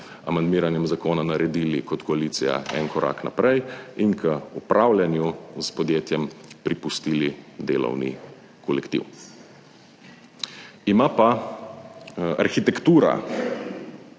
amandmiranjem zakona naredili kot koalicija en korak naprej in k upravljanju s podjetjem pripustili delovni kolektiv. Ima pa arhitektura